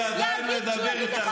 אני רוצה לומר לך,